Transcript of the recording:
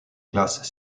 classes